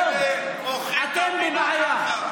ואלה מוכרים את המדינה,